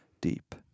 deep